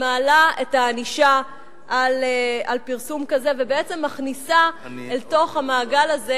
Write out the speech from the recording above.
ומעלה את הענישה על פרסום כזה ובעצם מכניסה אל תוך המעגל הזה